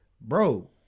bro